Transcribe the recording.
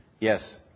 Yes